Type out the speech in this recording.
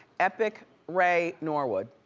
epik ray norwood.